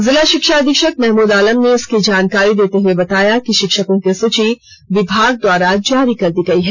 जिला शिक्षा अधीक्षक महमूद आलम ने इसकी जानकारी देते हुए बताया कि शिक्षकों की सूची विभाग द्वारा जारी कर दी गई है